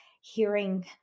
hearing